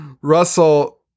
Russell